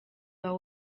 wawe